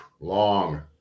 long